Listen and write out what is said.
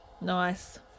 Nice